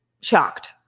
Shocked